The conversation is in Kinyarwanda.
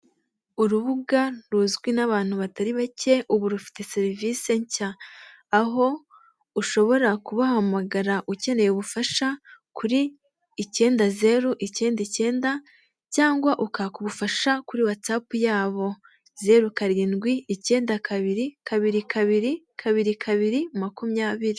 Urubuga ruzwi n'abantu batari bake ubu rufite serivisi nshya. Aho ushobora kubahamagara ukeneye ubufasha kuri icyenda, zeru ,icyenda, icyenda cyangwa ukaka ubufasha kuri whatsapu yabo: zeru, karindwi, icyenda, kabiri, kabiri, kabiri kabiri, kabiri, makumyabiri.